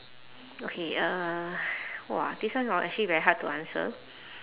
okay uh !wah! this one hor actually very hard to answer